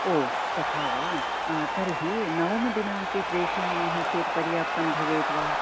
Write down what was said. ओ तथा वा तर्हि नवमदिनाङ्के प्रेषयामः चेत् पर्याप्तं भवेत् वा